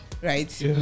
Right